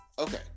Okay